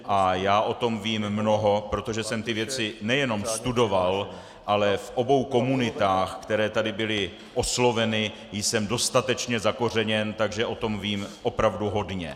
A já o tom vím mnoho, protože jsem tyto věci nejenom studoval, ale v obou komunitách, které tady byly osloveny, jsem dostatečně zakořeněn, takže o tom vím opravdu hodně.